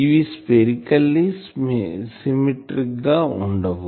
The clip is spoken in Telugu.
ఇవి స్పెరికెల్లి సిమెట్రిక్ గా వుండవు